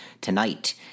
tonight